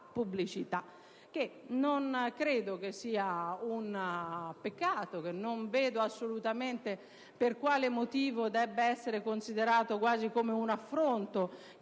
"pubblicità", che non credo sia un peccato. Non vedo assolutamente per quale motivo debba essere considerato quasi come un affronto